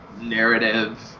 narrative